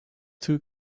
too